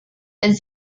and